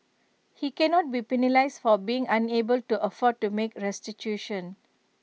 he cannot be penalised for being unable to afford to make restitution